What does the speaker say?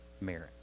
merit